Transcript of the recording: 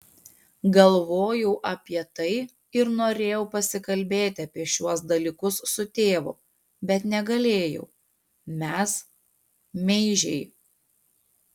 galvojau apie tai ir norėjau pasikalbėti apie šiuos dalykus su tėvu bet negalėjau mes meižiai